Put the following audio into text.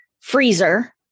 freezer